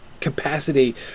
capacity